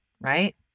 right